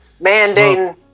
mandating